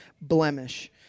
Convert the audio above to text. blemish